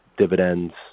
dividends